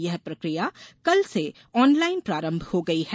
यह प्रकिया कल से आनलाइन प्रारंभ हो गयी है